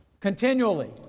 Continually